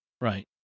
Right